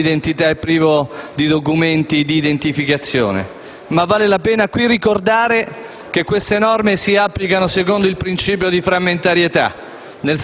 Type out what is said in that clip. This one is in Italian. privo di identità e privo di documenti di identificazione, ma vale la pena ricordare che queste norme si applicano secondo il principio di frammentarietà,